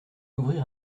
d’ouvrir